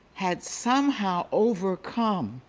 had somehow overcome